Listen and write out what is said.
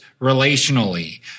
relationally